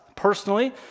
personally